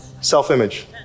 Self-image